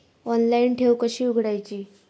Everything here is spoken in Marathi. ऑनलाइन ठेव कशी उघडायची?